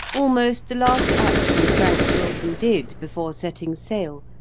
almost the last action frank wilson did, before setting sail,